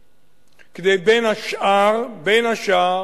כדי, בין השאר,